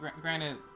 granted